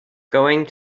going